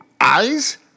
eyes